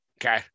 Okay